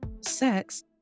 sex